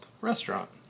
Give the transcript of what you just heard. Restaurant